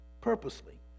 purposely